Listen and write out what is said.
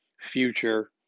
future